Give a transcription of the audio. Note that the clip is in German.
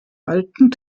alten